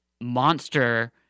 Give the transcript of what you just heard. monster